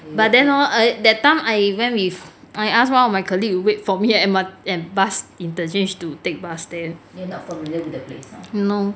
but then hor that time I went with I ask one of my colleague to wait for me at M_R at bus interchange to take bus there no